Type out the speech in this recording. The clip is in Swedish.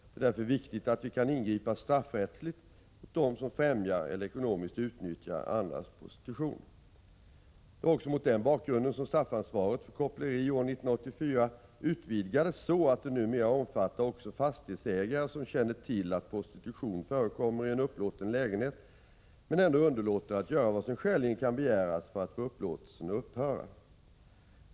Det är därför viktigt att vi kan ingripa straffrättsligt mot dem som främjar eller ekonomiskt utnyttjar andras prostitution. Det var också mot den bakgrunden som straffansvaret för koppleri år 1984 utvidgades så att det numera omfattar också fastighetsägare som känner till att prostitution förekommer i en upplåten lägenhet, men ändå underlåter att göra vad som skäligen kan begäras för att få upplåtelsen att upphöra.